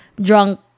drunk